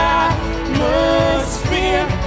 atmosphere